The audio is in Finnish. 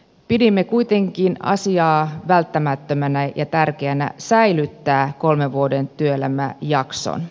pidimme kuitenkin välttämättömänä ja tärkeänä säilyttää kolmen vuoden työelämäjakso